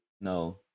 no